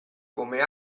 come